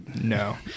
No